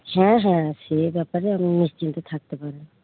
হ্যাঁ হ্যাঁ সে ব্যাপারে আপনি নিশ্চিন্তে থাকতে পারেন